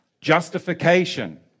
Justification